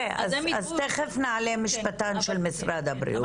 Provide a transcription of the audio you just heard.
אז תיכף נעלה משפטן של משרד הבריאות.